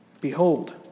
behold